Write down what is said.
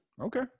okay